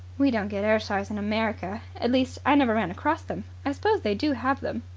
we don't get ayrshires in america. at least, i never ran across them. i suppose they do have them.